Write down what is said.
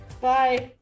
bye